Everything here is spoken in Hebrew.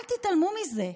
אל תתעלמו מזה.